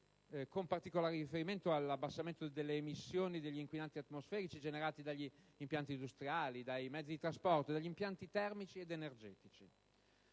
con particolare riferimento all'abbassamento delle emissioni degli inquinanti atmosferici generati dagli impianti industriali, dai mezzi di trasporto e dagli impianti termici ed energetici.